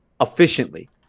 efficiently